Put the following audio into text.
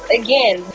again